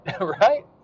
right